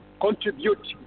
contribute